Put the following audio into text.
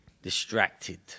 Distracted